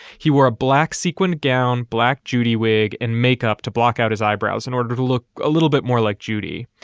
he wore a black sequined gown, black judy wig and makeup to block out his eyebrows in order to look a little bit more like judy.